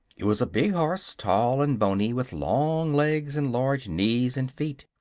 it was a big horse, tall and bony, with long legs and large knees and feet.